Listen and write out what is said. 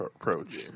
approach